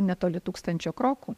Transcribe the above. netoli tūkstančio krokų